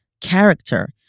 character